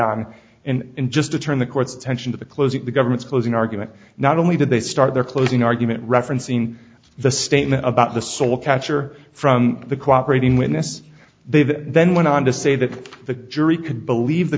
on and just to turn the court's attention to the closing the government's closing argument not only did they start their closing argument referencing the statement about the soul catcher from the cooperating witness they that then went on to say that the jury c